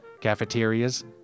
cafeterias